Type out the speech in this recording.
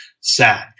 sad